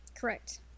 correct